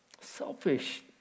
Selfish